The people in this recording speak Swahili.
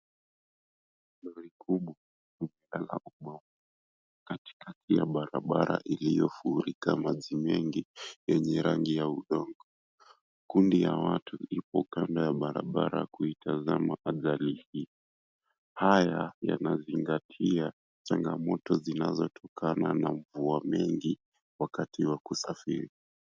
Gari kubwa katika hiyo barabara iliyofurika maji mengi yenye rangi ya udongo. Kundi ya watu iko kando ya barabara kutazama qjali hii. Haya yanazingatia changamoto zinazotokana na mvua mengi wakati wa kusafiri